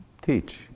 teach